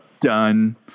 Done